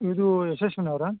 ಇದು ಯಶಸ್ವಿನಿ ಅವ್ರಾ